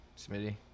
Smitty